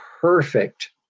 perfect